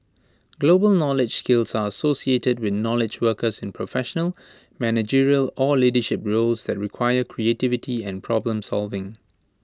global knowledge skills are associated with knowledge workers in professional managerial or leadership roles that require creativity and problem solving